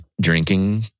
drinking